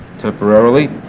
temporarily